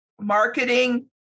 Marketing